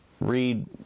read